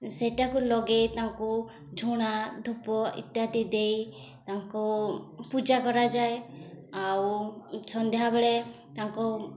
ସେଇଟାକୁ ଲଗେଇ ତାଙ୍କୁ ଝୁଣା ଧୂପ ଇତ୍ୟାଦି ଦେଇ ତାଙ୍କୁ ପୂଜା କରାଯାଏ ଆଉ ସନ୍ଧ୍ୟାବେଳେ ତାଙ୍କୁ